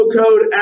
code